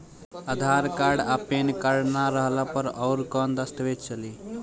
आधार card आ PAN card ना रहला पर अउरकवन दस्तावेज चली?